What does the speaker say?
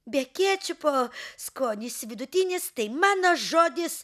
be kečupo skonis vidutinis tai mano žodis